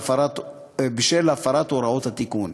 בשל הפרת הוראות התיקון.